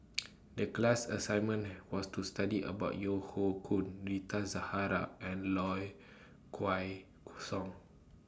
The class assignment was to study about Yeo Hoe Koon Rita Zahara and Low Kway Song